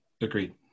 agreed